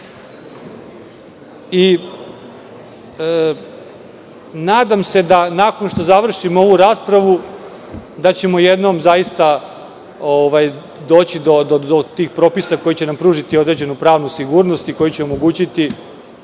Nadam se da ćemo, nakon što završimo ovu raspravu, jednom zaista doći do tih propisa koji će nam pružiti određenu pravnu sigurnost i koji će omogućiti